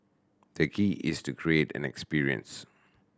the key is to create an experience